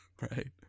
Right